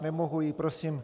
Nemohu ji prosím...